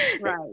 right